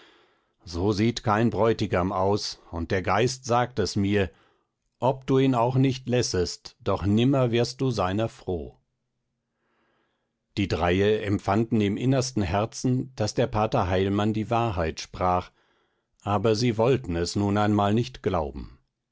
so sieht kein bräutigam aus und der geist sagt es mir ob du ihn auch nicht lässest doch nimmer wirst du seiner froh die dreie empfanden im innersten herzen daß der pater heilmann die wahrheit sprach aber sie wollten es nun einmal nicht glauben